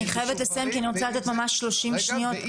אני חייבת לסיים כי אני רוצה לתת ממש 30 שניות,